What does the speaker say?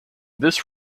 this